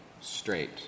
straight